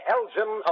Elgin